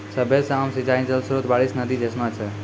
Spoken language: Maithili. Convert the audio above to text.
सभ्भे से आम सिंचाई जल स्त्रोत बारिश, नदी जैसनो छै